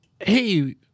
Hey